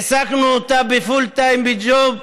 העסקנו אותה בפול טיים ג'וב,